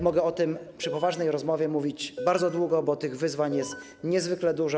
Mogę o tym przy poważnej rozmowie mówić bardzo długo, bo tych wyzwań jest niezwykle dużo.